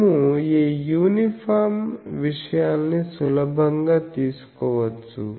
మేము ఈ యూనిఫామ్ విషయాల్ని సులభంగా తీసుకోవచ్చు